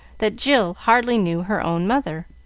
that jill hardly knew her own mother.